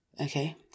Okay